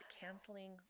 canceling